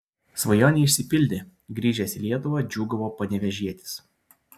svajonė išsipildė grįžęs į lietuvą džiūgavo panevėžietis